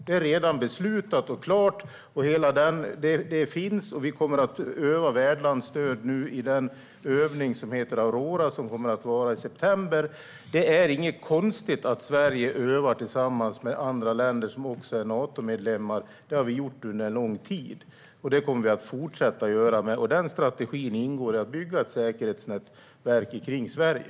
Det är beslutat och klart. Vi kommer att öva värdlandsstöd under övningen Aurora, som kommer att hållas i september. Det är inte konstigt att Sverige övar tillsammans med länder som är Natomedlemmar. Det har vi gjort under lång tid, och det kommer vi att fortsätta göra. I den strategin ingår att bygga ett säkerhetsnätverk runt Sverige.